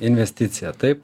investicija taip